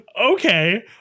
Okay